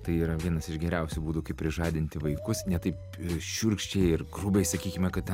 tai yra vienas iš geriausių būdų kaip prižadinti vaikus ne taip šiurkščiai ir grubiai sakykime kad ten